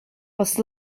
was